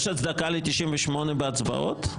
יש הצדקה ל-98 בהצבעות?